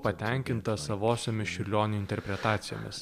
patenkintas savosiomis čiurlionio interpretacijomis